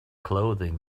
closing